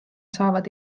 saavad